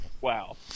Wow